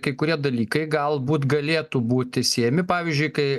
kai kurie dalykai galbūt galėtų būti siejami pavyzdžiui kai